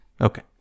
okay